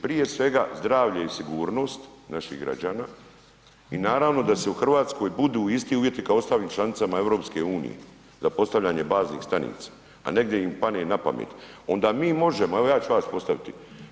Prije svega zdravlje i sigurnost naših građana i naravno da u Hrvatskoj budu isti uvjeti kao i u ostalim članicama EU za postavljanje baznih stanica, a ne gdje im padne na pamet, onda bi možemo, evo ja ću vama postaviti.